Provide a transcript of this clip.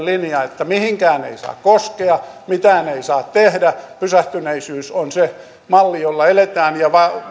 linja että mihinkään ei saa koskea mitään ei saa tehdä pysähtyneisyys on se malli jolla eletään ja